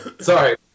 sorry